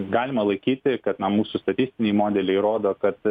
galima laikyti kad na mūsų statistiniai modeliai rodo kad